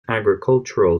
agricultural